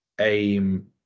AIM